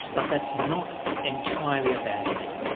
but that's not entirely a bad thing.